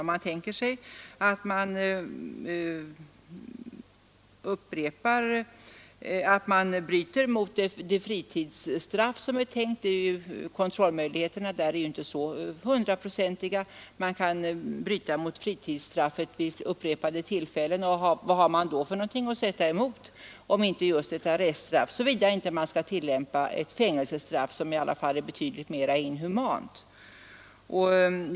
Om man tänker sig att någon bryter det fritidsstraff som är tänkt kontrollmöjligheterna är ju där inte hundraprocentiga, utan man kan göra så vid upprepade tillfällen — vad har man då för någonting att sätta emot om inte just ett arreststraff, såvida man inte skall tillämpa ett fängelsestraff, som i alla fall är betydligt mera inhumant?